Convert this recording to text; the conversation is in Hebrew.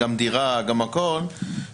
גם דירה וגם הכול,